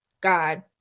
God